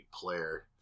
player